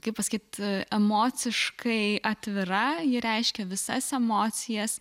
kaip pasakyt emociškai atvira ji reiškia visas emocijas